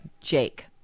Jake